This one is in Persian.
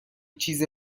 چیز